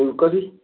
ଫୁଲକୋବି